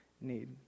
need